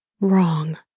wrong